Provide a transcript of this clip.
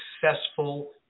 successful